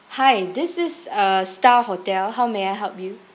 hi this is uh star hotel how may I help you